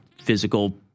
physical